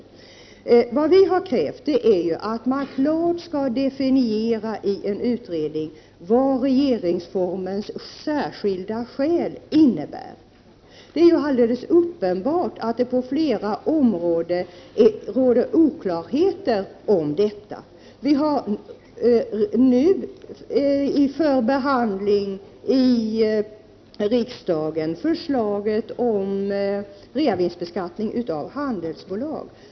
Vii folkpartiet har krävt att man genom att tillsätta en utredning klart skall definiera vad regeringsformens ”särskilda skäl” innebär. Det är uppenbart att det på flera områden råder oklarheter om detta. Vi har snart att i riksdagen behandla förslaget om reavinstbeskattning av andelar i handelsbolag.